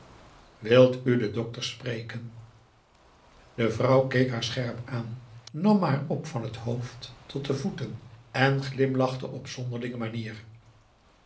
wilt u den dokter spreken de vrouw keek haar scherp aan nam haar op van t hoofd tot de voeten en glimlachte op zonderlinge manier